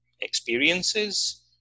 experiences